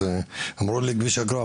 אמרו לי כביש אגרה,